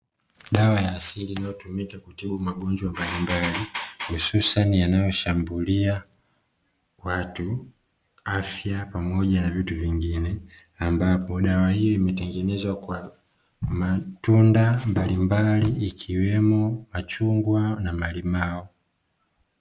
Dawa ya asili inayotumika kutibu magonjwa mbalimbali, hususani yanayoshambulia watu afya pamoja na vitu vingine, ambapo dawa hii imetengenezwa kwa matunda mbalimbali, ikiwemo machungwa na malimao.